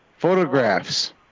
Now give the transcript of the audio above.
Photographs